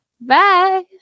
Bye